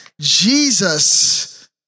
Jesus